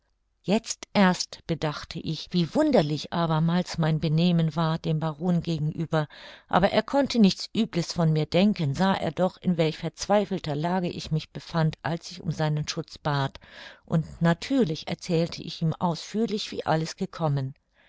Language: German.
jetzt erst bedachte ich wie wunderlich abermals mein benehmen war dem baron gegenüber aber er konnte nichts uebles von mir denken sah er doch in welch verzweifelter lage ich mich befand als ich um seinen schutz bat und natürlich erzählte ich ihm nun ausführlich wie alles gekommen